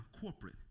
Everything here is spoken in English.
corporate